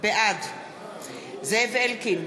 בעד זאב אלקין,